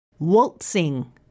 Waltzing